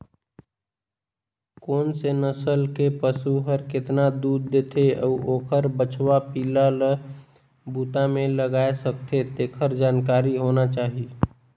कोन से नसल के पसु हर केतना दूद देथे अउ ओखर बछवा पिला ल बूता में लगाय सकथें, तेखर जानकारी होना चाही